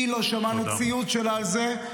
לא שמענו ציוץ שלה על זה.